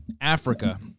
Africa